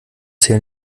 zählen